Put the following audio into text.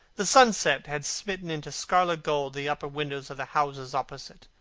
the sunset had smitten into scarlet gold the upper windows of the houses opposite.